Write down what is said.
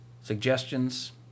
suggestions